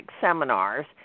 seminars